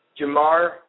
Jamar